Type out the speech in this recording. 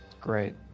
Great